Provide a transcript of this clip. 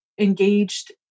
engaged